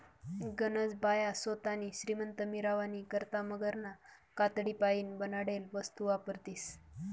गनज बाया सोतानी श्रीमंती मिरावानी करता मगरना कातडीपाईन बनाडेल वस्तू वापरतीस